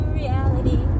reality